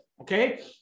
okay